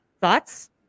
Thoughts